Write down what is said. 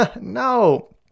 no